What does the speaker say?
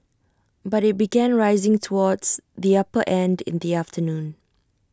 but IT began rising towards the upper end in the afternoon